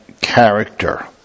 character